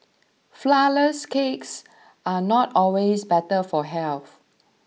Flourless Cakes are not always better for health